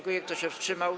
Kto się wstrzymał?